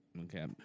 Okay